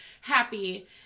happy